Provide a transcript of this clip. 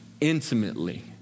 intimately